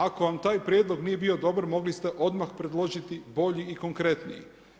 Ako vam taj prijedlog nije bio dobar mogli ste odmah predložiti bolji i konkretniji.